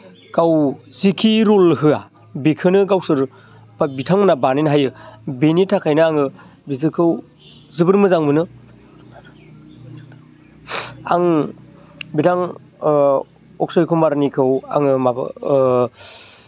गाव जिखि रल होया बेखोनो गावसोर बा बिथांमोनहा बानायनो हायो बेनि थाखायनो आङो बिसोरखौ जोबोर मोजां मोनो आं बिथां अक्सय कुमारनिखौ आङो माबा ओह